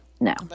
no